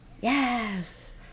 yes